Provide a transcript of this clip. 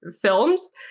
films